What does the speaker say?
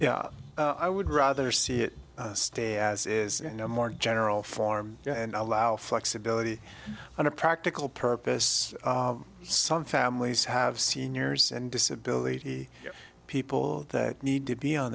yeah i would rather see it stay as is no more general form and allow flexibility on a practical purpose some families have seniors and disability people that need to be on